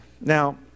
now